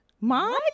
mom